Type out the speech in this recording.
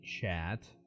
chat